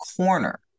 corner